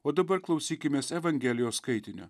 o dabar klausykimės evangelijos skaitinio